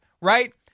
right